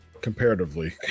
comparatively